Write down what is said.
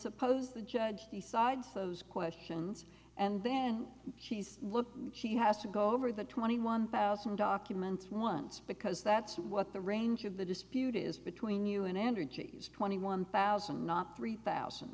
suppose the judge decides those questions and then she's look she has to go over the twenty one thousand documents ones because that's what the range of the dispute is between you and energies twenty one thousand not three thousand